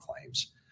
claims